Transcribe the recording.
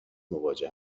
مواجه